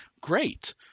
Great